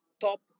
top